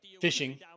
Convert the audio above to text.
fishing